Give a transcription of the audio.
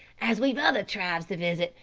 as we've other tribes to visit,